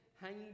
hanging